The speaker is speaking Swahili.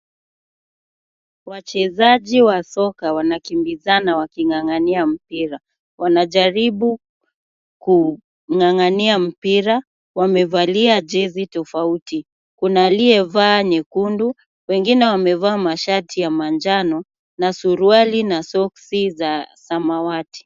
Wachezaji wa soka wanakimbizana waking'ang'ania mpira. Wanajaribu kung'ang'ania mpira wamevalia jezi tofauti, kuna aliyevaa nyekundu. Wengine wamevaa mashati ya manjano na suruali na soksi za samawati.